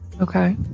okay